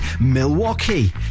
Milwaukee